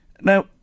Now